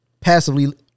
Passively